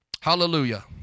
Hallelujah